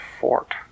fort